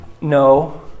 No